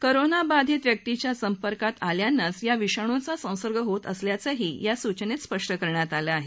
कोरोनाबाधित व्यक्तीच्या संपर्कात आल्यानंच या विषाणुंचा संसर्ग होत असल्याचंही या सूचनेत स्पष्ट करण्यात आलं आहे